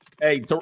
Hey